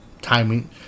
timing